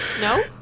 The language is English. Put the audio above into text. No